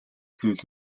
зүйл